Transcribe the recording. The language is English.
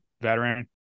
Veteran